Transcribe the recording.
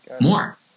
more